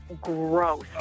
gross